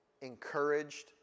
encouraged